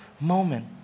moment